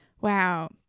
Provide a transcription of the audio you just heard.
Wow